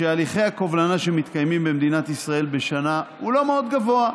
שמספר הליכי הקובלנה שמתקיימים במדינת ישראל בשנה לא מאוד גבוה.